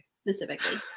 Specifically